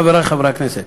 חברי חברי הכנסת,